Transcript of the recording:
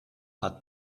hat